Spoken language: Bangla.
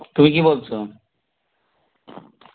তুমি কে বলছো